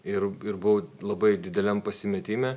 ir ir buvau labai dideliam pasimetime